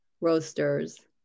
roasters